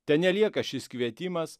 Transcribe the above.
tenelieka šis kvietimas